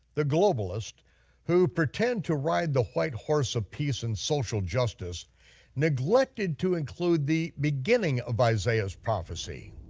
the globalist who pretend to ride the white horse of peace and social justice neglected to include the beginning of isaiah's prophecy.